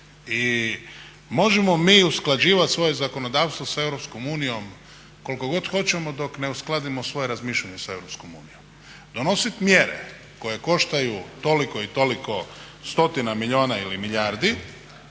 I možemo mi usklađivati svoje zakonodavstvo sa EU koliko god hoćemo dok ne uskladimo svoja razmišljanja sa EU. Donositi mjere koje koštaju toliko i toliko stotina milijuna ili milijardi